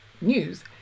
news